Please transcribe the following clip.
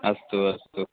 अस्तु अस्तु